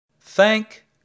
Thank